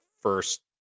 first